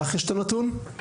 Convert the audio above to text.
לך יש את הנתון לא?